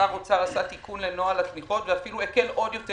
שר האוצר עשה תיקון לנוהל התמיכות ואפילו הקל עוד יותר,